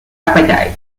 appetite